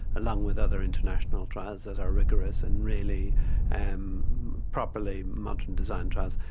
along with other international trials that are rigorous and really and properly, modern designed trials,